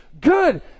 Good